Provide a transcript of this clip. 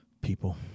people